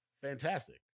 Fantastic